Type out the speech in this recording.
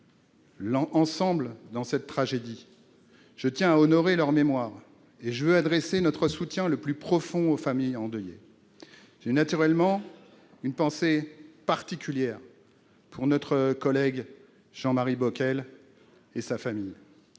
ensemble au cours cette tragédie. Je tiens à honorer leur mémoire, et je veux adresser notre soutien le plus profond aux familles endeuillées. J'ai naturellement une pensée particulière pour notre collègue Jean-Marie Bockel et sa famille.